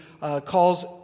calls